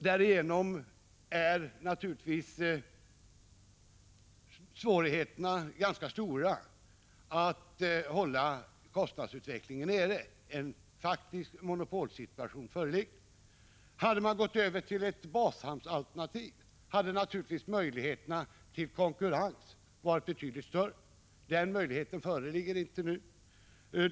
Därigenom blir naturligtvis svårigheterna ganska stora att hålla kostnaderna nere. Hade man gått över till ett bashamnsalternativ, hade naturligtvis möjligheterna till konkurrens varit betydligt större. Nu har viinte — Prot. 1985/86:159 detta läge.